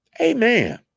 Amen